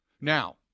Now